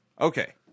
Okay